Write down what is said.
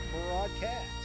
broadcast